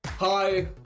Hi